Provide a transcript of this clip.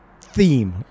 theme